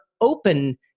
open